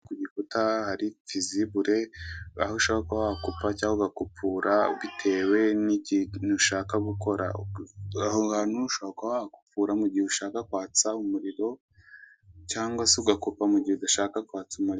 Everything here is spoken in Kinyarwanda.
Ku gikuta hari fizibure aho ushobora kuba wakupa cyangwa ugakupura bitewe n'ikintu ushaka gukora aho hantu ushobora kuba wahakupura mu gihe ushaka kwatsa umuriro cyangwa se ugakupa mu gihe udashaka kwatsa umuriro.